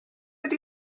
ydy